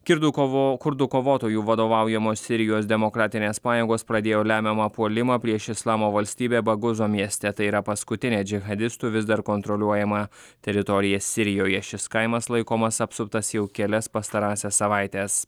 kirdų kovo kurdų kovotojų vadovaujamos sirijos demokratinės pajėgos pradėjo lemiamą puolimą prieš islamo valstybę baguzo mieste tai yra paskutinė džihadistų vis dar kontroliuojama teritorija sirijoje šis kaimas laikomas apsuptas jau kelias pastarąsias savaites